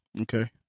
Okay